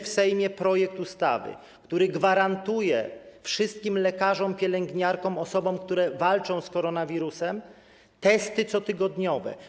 W Sejmie leży projekt ustawy, który gwarantuje wszystkim lekarzom, pielęgniarkom, osobom, które walczą z koronawirusem, cotygodniowe testy.